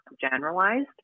generalized